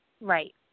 Right